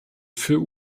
für